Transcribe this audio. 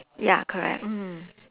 ya correct mm